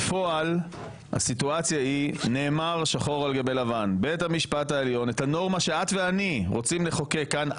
בפועל נאמר שחור על גבי לבן: הנורמה שאת ואני רוצים לחוקק כאן,